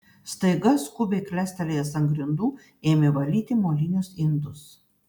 staiga skubiai klestelėjęs ant grindų ėmė valyti molinius indus